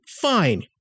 Fine